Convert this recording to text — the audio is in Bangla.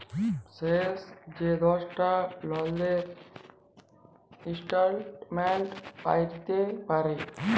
শেষ যে দশটা লেলদেলের ইস্ট্যাটমেল্ট প্যাইতে পারি